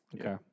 Okay